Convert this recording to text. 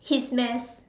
his mess